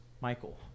Michael